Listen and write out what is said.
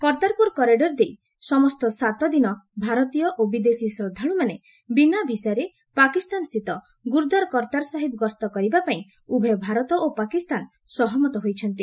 Kartarpur corridor ଦେଇ ସମସ୍ତ ସାତଦିନ ଭାରତୀୟ ଓ ବିଦେଶୀ ଭକ୍ତମାନେ ବିନା ଭିସାରେ ପାକିସ୍ତାନ ସ୍ଥିତ ଗୁରୁଦ୍ୱାର କର୍ତ୍ତାର ସାହିବ୍ ଗସ୍ତ କରିବା ପାଇଁ ଉଭୟେ ଭାରତ ଓ ପାକିସ୍ତାନ ସହମତ ହୋଇଛନ୍ତି